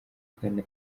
ugana